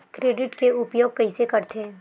Credit के उपयोग कइसे करथे?